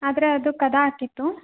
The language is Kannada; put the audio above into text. ಆದರೆ ಅದು ಕದ ಹಾಕಿತ್ತು